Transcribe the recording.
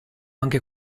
anche